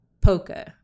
poker